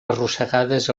arrossegades